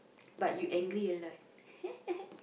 but you angry a lot